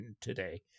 today